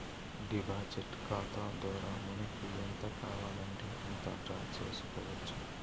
deposit ఖాతా ద్వారా మనకి ఎంత కావాలంటే అంత డ్రా చేసుకోవచ్చు